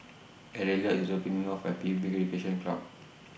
Ariella IS dropping Me off At P U B Recreation Club